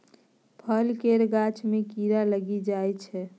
फल केर गाछ मे कीड़ा लागि जाइ छै